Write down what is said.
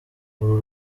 uru